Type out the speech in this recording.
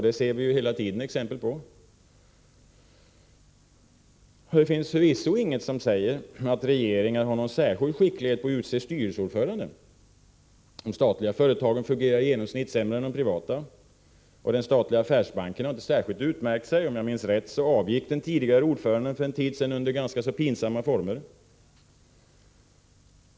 Detta ser vi hela tiden exempel på. Det finns förvisso inget som säger att regeringar har någon särskild skicklighet att utse styrelseordförande. De statliga företagen fungerar i genomsnitt sämre än privata. Den statliga affärsbanken har inte särskilt utmärkt sig. En tidigare ordförande avgick för en tid sedan under ganska pinsamma former.